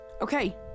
Okay